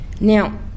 Now